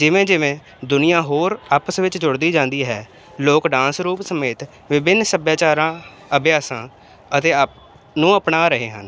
ਜਿਵੇਂ ਜਿਵੇਂ ਦੁਨੀਆਂ ਹੋਰ ਆਪਸ ਵਿੱਚ ਜੁੜਦੀ ਜਾਂਦੀ ਹੈ ਲੋਕ ਡਾਂਸ ਰੂਪ ਸਮੇਤ ਵਿਭਿੰਨ ਸਭਿਆਚਾਰਾਂ ਅਭਿਆਸਾਂ ਅਤੇ ਅਪ ਨੂੰ ਅਪਣਾ ਰਹੇ ਹਨ